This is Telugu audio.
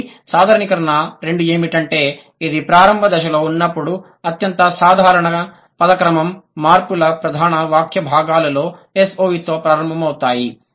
కాబట్టి సాధారణీకరణ 2 ఏమిటంటే ఇది ప్రారంభ దశలో ఉన్నప్పుడు అత్యంత సాధారణ పద క్రమ మార్పులు ప్రధాన వాక్య భాగాలలో SOVతో ప్రారంభమవుతాయి